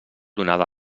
donada